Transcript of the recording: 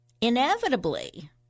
inevitably